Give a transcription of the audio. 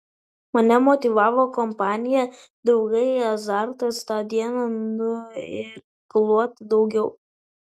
mane motyvavo kompanija draugai azartas tą dieną nuirkluoti daugiau